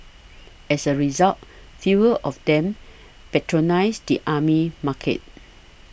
as a result fewer of them patronise the army market